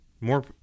More